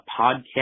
Podcast